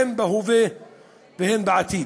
הן בהווה והן בעתיד,